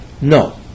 No